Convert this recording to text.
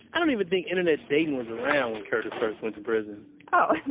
i don't even think internet dating was around when curtis first went to prison oh,